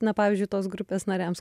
na pavyzdžiui tos grupės nariams